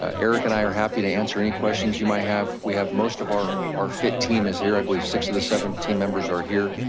ah eric and i are happy to answer any questions you might have. we have most of our our fit team is here. i believe six of the seven team members are here.